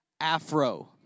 afro